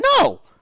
No